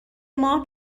ماه